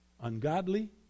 ungodly